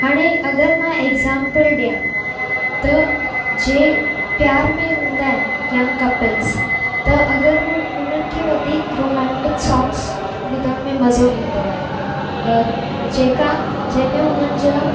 हाणे अगरि मां एक्ज़ाम्पल ॾियां त जे प्यार में हूंदा आहिनि यंग कपल्स त अगरि हू उन्हनि खे वधीक रोमेंटिक्स सोंग्स ॿुधण में मजो ईंदो आहे जेका जंहिंमें हुननि जा